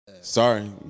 Sorry